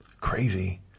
crazy